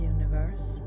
Universe